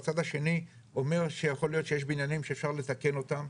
הצד השני אומר שיש בניינים שיכול להיות שאפשר לתקן אותם,